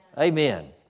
Amen